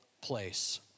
place